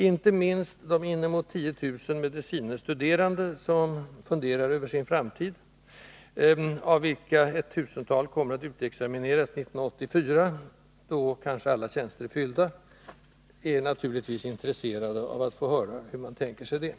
Inte minst de inemot 10 000 medicine studerande som funderar över sin framtid — av vilka ett tusental kommer att utexamineras 1984, då kanske alla tjänster redan är fyllda — är naturligtvis intresserade av att få höra hur man tänker sig den.